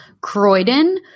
Croydon